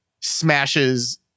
smashes